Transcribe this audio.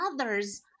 others